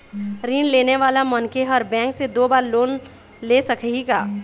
ऋण लेने वाला मनखे हर बैंक से दो बार लोन ले सकही का?